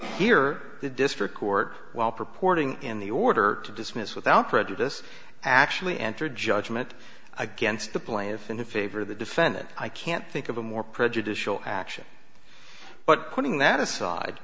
here the district court while purporting in the order to dismiss without prejudice actually entered judgment against the plaintiff in favor of the defendant i can't think of a more prejudicial action but putting that aside